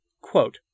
Quote